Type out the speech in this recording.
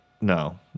No